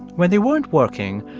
when they weren't working,